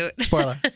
spoiler